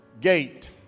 gate